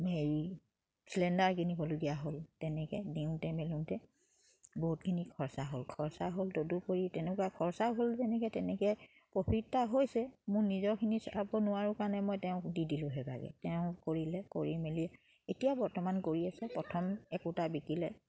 হেৰি চিলেণ্ডাৰ কিনিবলগীয়া হ'ল তেনেকে দিওঁতে মেলোঁতে বহুতখিনি খৰচা হ'ল খৰচা হ'ল তদুপৰি তেনেকুৱা খৰচা হ'ল যেনেকে তেনেকে প্ৰফিট এটা হৈছে মোৰ নিজৰখিনি চাব নোৱাৰোঁ কাৰণে মই তেওঁক দি দিলোঁ সেইভাগে তেওঁক কৰিলে কৰি মেলি এতিয়া বৰ্তমান কৰি আছে প্ৰথম একোটা বিকিলে